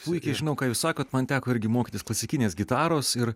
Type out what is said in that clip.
puikiai žinau ką jūs sakot man teko irgi mokytis klasikinės gitaros ir